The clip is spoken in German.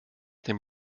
dem